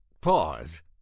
pause